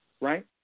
right